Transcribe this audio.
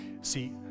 see